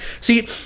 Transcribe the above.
See